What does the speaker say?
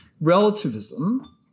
Relativism